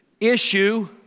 Issue